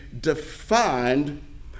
defined